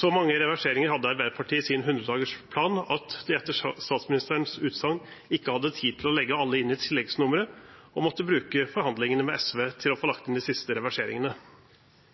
Så mange reverseringer hadde Arbeiderpartiet i sin hundredagersplan at de etter statsministerens utsagn ikke hadde tid til å legge alle inn i tilleggsnummeret og måtte bruke forhandlingene med SV til å få lagt inn de siste.